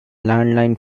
landline